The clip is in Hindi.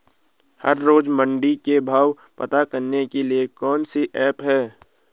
हर रोज़ मंडी के भाव पता करने को कौन सी ऐप है?